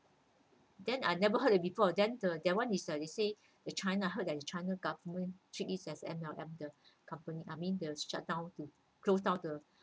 then I never heard it before then the that one is uh he said the china I heard that the china government treat it as M_L_M the company I mean the shut down to close down the